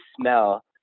smell